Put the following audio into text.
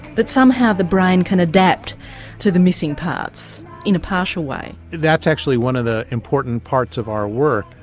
that somehow the brain can adapt to the missing parts in a partial way? that's actually one of the important parts of our work.